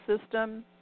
system